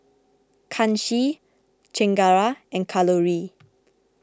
Kanshi Chengara and Kalluri